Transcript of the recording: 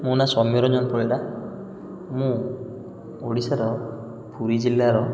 ମୋ ନାଁ ସୋମ୍ୟରଞ୍ଜନ ପରିଡ଼ା ମୁଁ ଓଡ଼ିଶାର ପୁରୀ ଜିଲ୍ଲାର